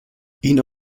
ihnen